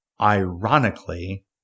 Ironically